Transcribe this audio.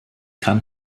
kann